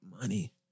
money